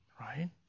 right